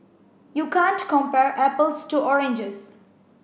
you can't compare apples to oranges